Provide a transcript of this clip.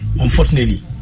unfortunately